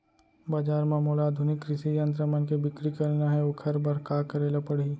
बजार म मोला आधुनिक कृषि यंत्र मन के बिक्री करना हे ओखर बर का करे ल पड़ही?